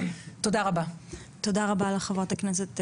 אנחנו התכנסנו,